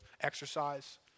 exercise